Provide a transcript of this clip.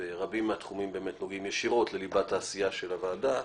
ורבים מהתחומים באמת נוגעים ישירות לליבת העשייה של הוועדה,